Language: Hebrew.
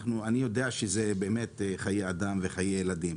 אני יודע שזה באמת חיי אדם וחיי ילדים,